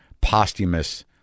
posthumous